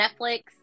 Netflix